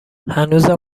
هنوزم